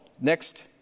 next